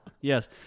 yes